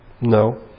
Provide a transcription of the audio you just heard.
No